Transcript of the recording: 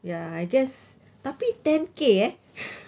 ya I guess tapi ten K eh